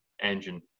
engine